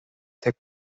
tek